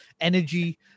energy